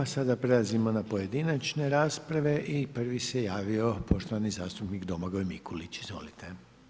Sada prelazimo na pojedinačne rasprave i prvi se javio poštovani zastupnik Domagoj Mikulić, izvolite.